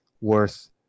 worth